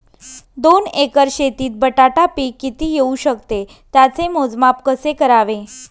दोन एकर शेतीत बटाटा पीक किती येवू शकते? त्याचे मोजमाप कसे करावे?